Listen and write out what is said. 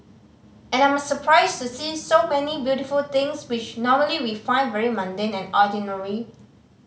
and I'm surprised to see so many beautiful things which normally we find very mundane and ordinary